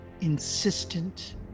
insistent